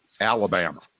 alabama